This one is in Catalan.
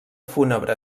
fúnebre